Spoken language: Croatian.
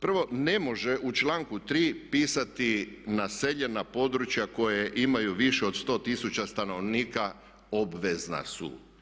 Prvo, ne može u članku 3. pisati naseljena područja koja imaju više od 100 tisuća stanovnika obvezna su.